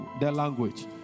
language